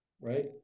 right